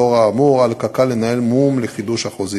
לאור האמור, על קק"ל לנהל משא-ומתן לחידוש החוזים.